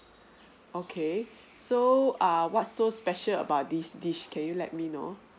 okay so err what's so special about this dish can you let me know